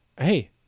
Hey